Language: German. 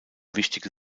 wichtige